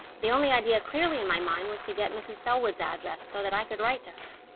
the only idea clearly in my mind was to get mrs. selwood's address, so that i could write to her.